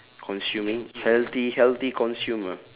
consuming healthy healthy consumer